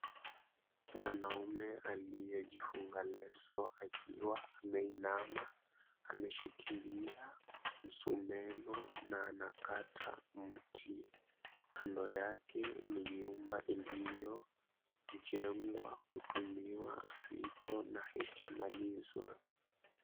Mwanaume aliyejifunga leso akiwa ameinama ameshikilia msumeno na anakata mti. Kando yake ni nyumba iliyojengwa kutumia fito na haijamalizwa.